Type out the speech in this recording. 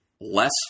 less